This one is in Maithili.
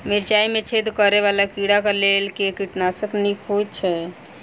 मिर्चाय मे छेद करै वला कीड़ा कऽ लेल केँ कीटनाशक नीक होइ छै?